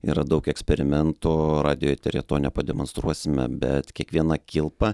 yra daug eksperimentų radijo eteryje to nepademonstruosime bet kiekviena kilpa